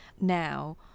now